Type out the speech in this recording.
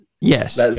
yes